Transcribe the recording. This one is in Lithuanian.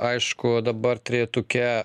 aišku dabar trejetuke